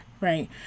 right